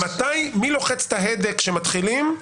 מי לוחץ את ההדק כשמתחילים?